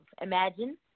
Imagine